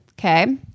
Okay